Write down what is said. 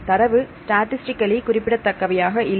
தரவு ஸ்ட்டிஸ்டிகல்லி குறிப்பிடத்தக்கவையாக இல்லை